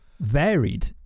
varied